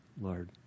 Lord